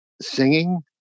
singing